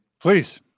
Please